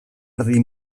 erdi